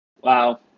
Wow